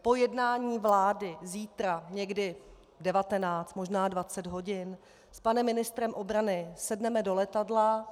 Po jednání vlády zítra, někdy v devatenáct, možná dvacet hodin, s panem ministrem obrany sedneme do letadla.